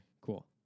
Cool